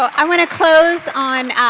i am going to close on,